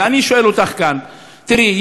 ואני שואל אותך כאן: תראי,